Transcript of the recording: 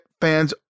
fans